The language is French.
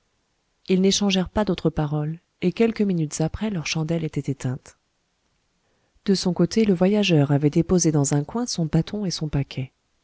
ils n'échangèrent pas d'autres paroles et quelques minutes après leur chandelle était éteinte de son côté le voyageur avait déposé dans un coin son bâton et son paquet